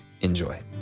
enjoy